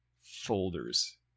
folders